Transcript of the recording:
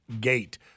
gate